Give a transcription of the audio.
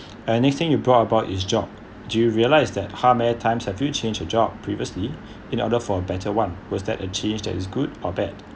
anything you brought about his job do realize that how many times have you change your job previously in order for a better one was that a change that is good or bad